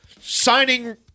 signing